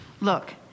Look